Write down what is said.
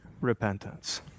repentance